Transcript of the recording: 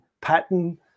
pattern